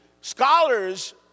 scholars